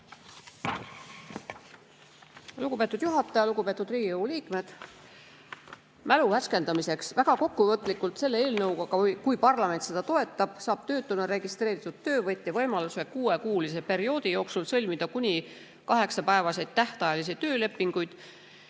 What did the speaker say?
Lugupeetud juhataja! Lugupeetud Riigikogu liikmed! Mälu värskendamiseks [teen] väga lühikese kokkuvõtte. Selle eelnõu kohaselt, kui parlament seda toetab, saab töötuna registreeritud töövõtja võimaluse kuuekuulise perioodi jooksul sõlmida kuni kaheksapäevaseid tähtajalisi töölepinguid,